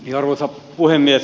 arvoisa puhemies